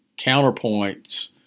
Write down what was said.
counterpoints